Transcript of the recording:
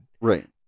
Right